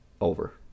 Over